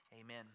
Amen